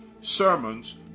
sermons